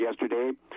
yesterday